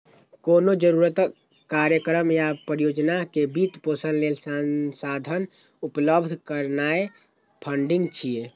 कोनो जरूरत, कार्यक्रम या परियोजना के वित्त पोषण लेल संसाधन उपलब्ध करेनाय फंडिंग छियै